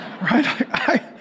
right